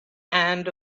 and